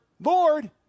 Lord